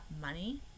money